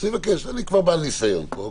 אני כבר בעל ניסיון פה.